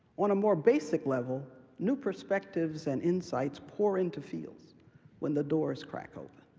on a more basic level, new perspectives and insights pour into fields when the doors crack open,